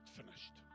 finished